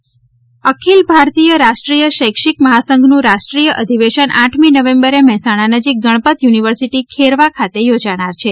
રાષ્ટ્રીય અધિવેશન અખિલ ભારતીય રાષ્ટ્રીય શૈક્ષિક મહાસંઘનું રાષ્ટ્રીય અધિવેશન આઠમી નવેંબરે મહેસાજ્ઞા નજીક ગણપત યુનિવર્સિટી ખેરવા રાતે યોજાનાર છે